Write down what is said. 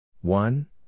one